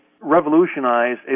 revolutionize